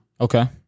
Okay